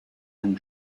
and